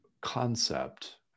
concept